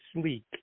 sleek